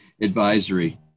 Advisory